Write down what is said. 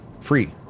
Free